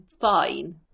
Fine